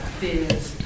fears